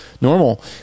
normal